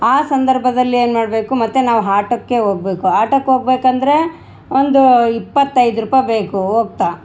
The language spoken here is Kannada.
ಆ ಸಂದರ್ಭದಲ್ಲಿ ಏನು ಮಾಡಬೇಕು ಮತ್ತೆ ನಾವು ಹಾಟಕ್ಕೆ ಹೋಗ್ಬೇಕು ಆಟಕ್ಕೆ ಹೋಗ್ಬೇಕಂದ್ರೆ ಒಂದು ಇಪ್ಪತ್ತೈದು ರುಪೈ ಬೇಕು ಹೋಗ್ತಾ